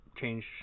change